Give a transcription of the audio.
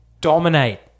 dominate